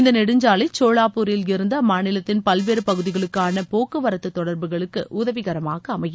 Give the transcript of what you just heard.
இந்த நெடுஞ்சாலை சோவாப்பூரில் இருந்து அம்மாநிலத்தின் பல்வேறு பகுதிகளுக்கான போக்குவரத்து தொடர்புகளுக்கு உதவிகரமாக அமையும்